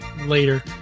Later